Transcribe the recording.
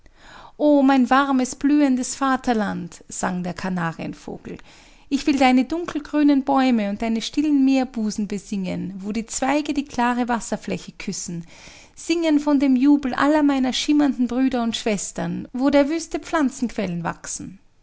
o mein warmes blühendes vaterland sang der kanarienvogel ich will deine dunkelgrünen bäume und deine stillen meerbusen besingen wo die zweige die klare wasserfläche küssen singen von dem jubel aller meiner schimmernden brüder und schwestern wo der wüste pflanzenquellen wachsen